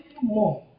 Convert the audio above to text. more